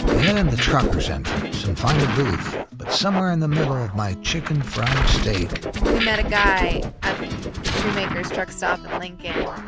yeah in the trucker's entrance and find a booth. but somewhere in the middle of my chicken-fried steak, we met a guy at the shoemaker's truck stop in lincoln,